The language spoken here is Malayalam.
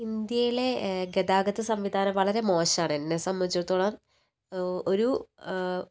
ഇന്ത്യയിലെ ഗതാഗത സംവിധാനം വളരെ മോശമാണ് എന്നെ സംബന്ധിച്ചിടത്തോളം ഒരു